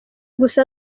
gusa